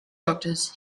doctors